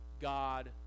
God